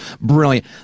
brilliant